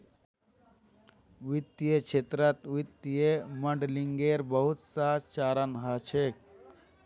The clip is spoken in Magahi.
वित्तीय क्षेत्रत वित्तीय मॉडलिंगेर बहुत स चरण ह छेक